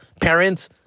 parents